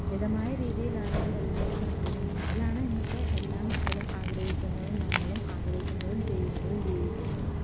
മിതമായ രീതിയിലാണെങ്കിൽ എല്ലാവർക്കും നല്ലതാണ് മോഡലാണ് ഇന്നത്തെ എല്ലാ മക്കളും ആഗ്രഹിക്കുന്നതും നമ്മളും ആഗ്രഹിക്കുന്നതും ചെയ്യുന്നതും ജീവിക്കുന്നതും